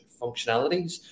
functionalities